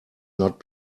not